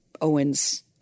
Owens